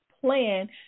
plan